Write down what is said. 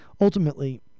ultimately